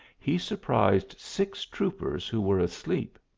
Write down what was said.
he sur prised six troopers who were asleep.